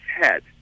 head